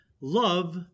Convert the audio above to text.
love